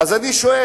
אז אני שואל: